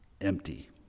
Empty